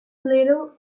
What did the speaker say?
little